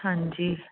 ਹਾਂਜੀ